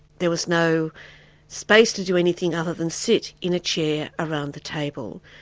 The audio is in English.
there was no space to do anything other than sit in a chair around the table.